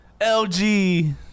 lg